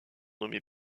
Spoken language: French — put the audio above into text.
nommé